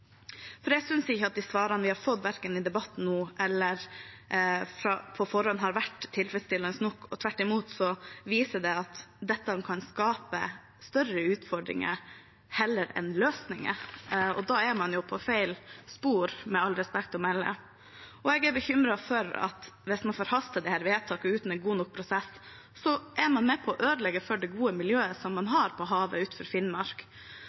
Jeg synes ikke at de svarene vi har fått verken i debatten nå eller på forhånd, har vært tilfredsstillende nok. Tvert imot viser det at dette kan skape større utfordringer heller enn løsninger, og da er man jo på feil spor, med respekt å melde. Jeg er bekymret for at hvis man forhaster seg med dette vedtaket uten en god nok prosess, er man med på å ødelegge for det gode miljøet man har på havet utenfor Finnmark.